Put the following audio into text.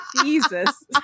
Jesus